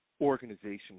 organization